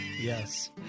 Yes